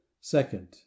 Second